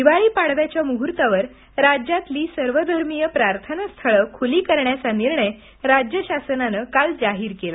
दिवाळीच्या पाडव्याच्या मुहूर्तावर राज्यातील सर्वधर्मिय प्रार्थना स्थळं खुली करण्याचा निर्णय राज्य शासनानं काल जाहीर केला